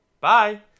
Bye